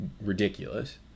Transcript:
ridiculous